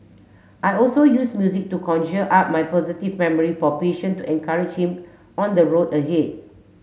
I also use music to conjure up my positive memory for patient to encourage him on the road ahead